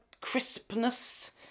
crispness